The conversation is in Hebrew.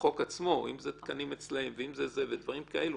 לחוק עצמו אם זה תקנים אצלהם ואם זה דברים כאלה